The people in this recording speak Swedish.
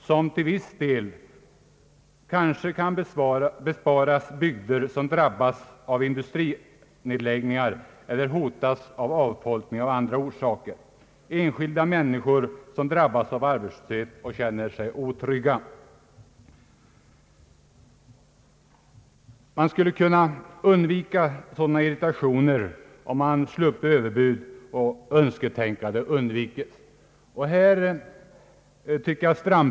Sådant kan till viss del kanske besparas de bygder som drabbas av industrinedläggelser eller hotas av avfolkning och där enskilda människor blir arbetslösa och känner sig otrygga. Genom att avstå från överbud och önsketänkande kan vi undvika att skapa sådan irritation.